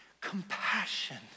compassion